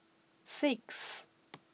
six